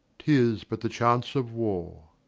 tis but the chance of war.